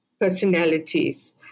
personalities